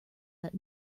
let